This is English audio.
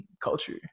culture